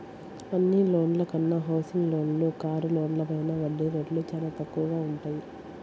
అన్ని లోన్ల కన్నా హౌసింగ్ లోన్లు, కారు లోన్లపైన వడ్డీ రేట్లు చానా తక్కువగా వుంటయ్యి